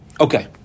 Okay